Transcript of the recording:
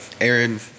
Aaron